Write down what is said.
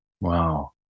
Wow